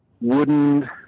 wooden